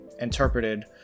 interpreted